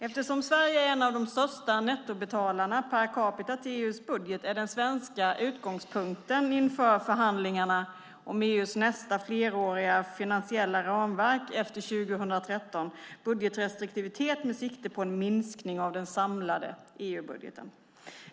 Eftersom Sverige är en av de största nettobetalarna per capita till EU:s budget är den svenska utgångspunkten, inför förhandlingarna om EU:s nästa fleråriga finansiella ramverk efter 2013, budgetrestriktivitet med sikte på en minskning av den samlade EU-budgeten.